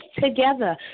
together